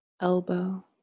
elbow